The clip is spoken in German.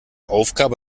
aufgabe